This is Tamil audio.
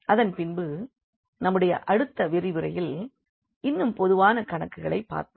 அதன் பின்பு நம்முடைய அடுத்த விரிவுரையில் இன்னும் பொதுவான கணக்குகளைப் பார்ப்போம்